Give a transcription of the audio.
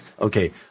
Okay